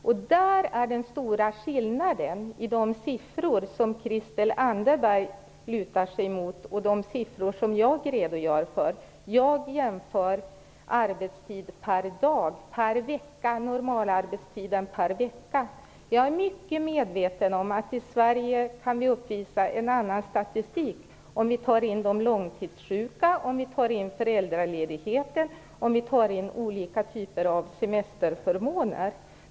Där ligger den stora skillnaden mellan de siffror som Christel Anderberg stödjer sig på och dem jag redogör för. Jag jämför arbetstiden per dag, normalarbetstiden per vecka. Jag är mycket medveten om att vi i Sverige kan uppvisa en annan statistik om vi tar med de långtidssjuka, föräldraledighet och olika typer av semesterförmåner.